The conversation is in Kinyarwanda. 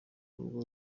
rugo